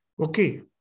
Okay